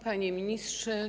Panie Ministrze!